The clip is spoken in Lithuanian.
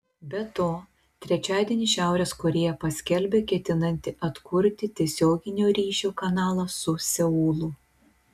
be to trečiadienį šiaurės korėja paskelbė ketinanti atkurti tiesioginio ryšio kanalą su seulu